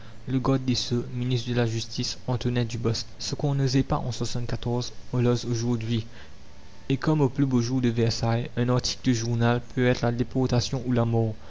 le garde des sceaux ministre de la justice ce qu'on n'osait pas en l aujourdhui et comme aux plus beaux jours de versailles un article de journal peut être la déportation ou la mort